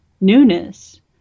newness